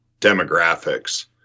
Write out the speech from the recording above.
demographics